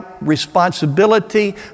responsibility